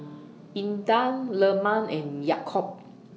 Intan Leman and Yaakob